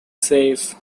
safe